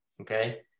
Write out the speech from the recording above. Okay